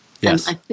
yes